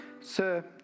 sir